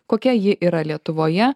kokia ji yra lietuvoje